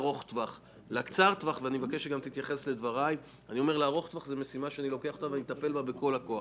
זו משימה שאני לוקח ואטפל בה בכל הכוח.